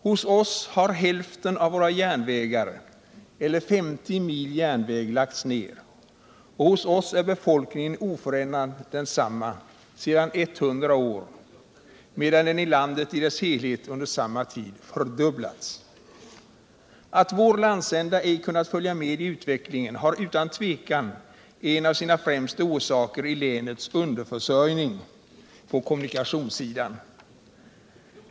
Hos oss har hälften av våra järnvägar, eller 50 mil järnväg, lagts ner, och befolkningen är oförändrat densamma sedan 100 år, medan den i landet i dess helhet under samma tid fördubblats. Att vår landsända ej kunnat följa med i utvecklingen har utan tvivel en av sina främsta orsaker i länets underförsörjning på kommunikationsområdet.